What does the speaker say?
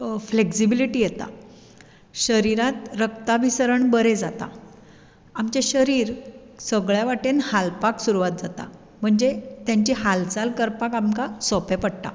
flexibility येता शरिरांत रक्ता विसरण बरें जाता आमचें शरीर सगळे वाटेन हालपाक सुरवात जाता म्हणजे तेंची हालचाल करपाक आमकां सोंपें पडटा